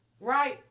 right